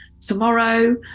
tomorrow